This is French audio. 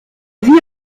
vit